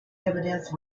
evidence